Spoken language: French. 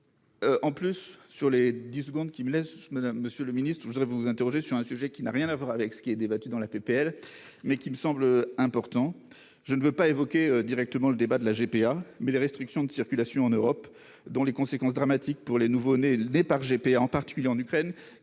En plus, sur les 10 secondes qui me laisse Madame Monsieur le Ministre, je voudrais vous vous interrogez sur un sujet qui n'a rien à voir avec ce qui est débattue dans la PPL mais qui me semble important, je ne veux pas évoqué directement le débat de la GPA mais les restrictions de circulation en Europe, dont les conséquences dramatiques pour les nouveau-nés le départ GP en particulier en Ukraine